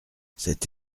c’est